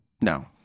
no